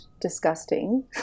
disgusting